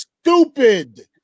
stupid